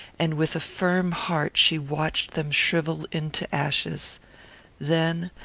and with a firm heart she watched them shrivel into ashes then,